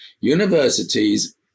universities